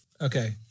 Okay